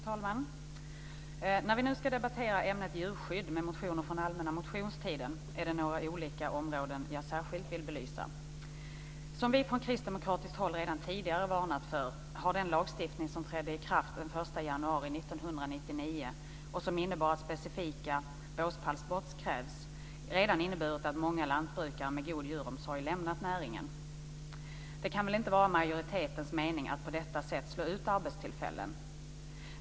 Fru talman! När vi nu ska debattera ämnet djurskydd med motioner väckta under allmänna motionstiden finns det några olika områden jag särskilt vill belysa. Som vi från kristdemokratiskt håll redan tidigare har varnat för, har den lagstiftning som trädde i kraft den 1 januari 1999, och som innebär att vissa specifika båspallsmått krävs, redan inneburit att många lantbrukare med god djuromsorg lämnat näringen. Det kan väl inte vara majoritetens mening att på detta sätt slå ut arbetstillfällen?